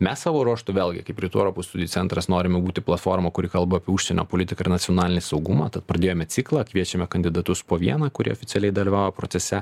mes savo ruožtu vėlgi kaip rytų europos studijų centras norime būti platforma kuri kalba apie užsienio politiką ir nacionalinį saugumą tad pradėjome ciklą kviečiame kandidatus po vieną kurie oficialiai dalyvauja procese